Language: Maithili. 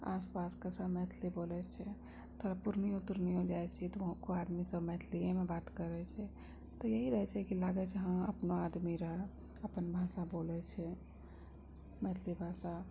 आस पासके सब मैथिली बोलय छै थोड़ा पूर्णियोँ तूर्णियोँ जाइ छी तऽ वहाँके आदमी सब मैथिलियेमे बात करय छै तऽ यही रहय छै कि लागय छै हँ अपन आदमी रहय अपन भाषा बोलय छै मैथिली भाषा